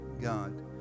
God